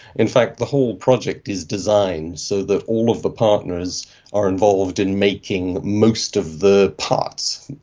in fact the whole project is designed so that all of the partners are involved in making most of the parts,